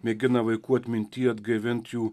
mėgina vaikų atminty atgaivint jų